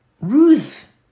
Ruth